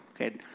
Okay